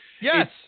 yes